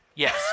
Yes